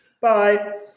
Bye